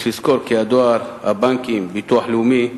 יש לזכור כי הדואר, הבנקים, ביטוח לאומי,